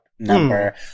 number